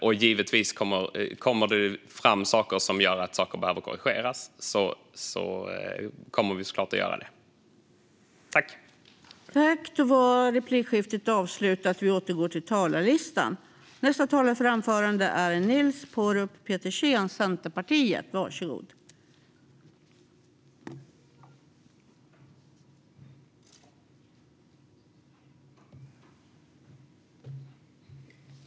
Om det kommer fram saker som behöver korrigeras kommer vi såklart att göra detta.